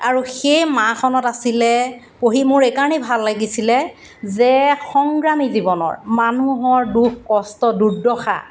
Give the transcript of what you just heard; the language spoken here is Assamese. আৰু সেই মাখনত আছিলে পঢ়ি মোৰ এইকাৰণেই ভাল লাগিছিলে যে সংগ্ৰামী জীৱনৰ মানুহৰ দুখ কষ্ট দুৰ্দশা